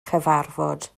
cyfarfod